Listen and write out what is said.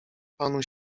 panu